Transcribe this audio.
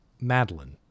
Madeline